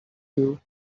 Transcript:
you